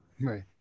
right